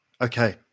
Okay